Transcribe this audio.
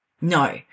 No